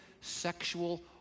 sexual